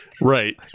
Right